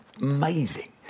amazing